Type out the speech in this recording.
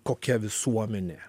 kokia visuomenė